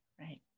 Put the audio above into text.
right